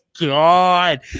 God